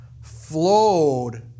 flowed